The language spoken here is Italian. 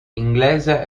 inglese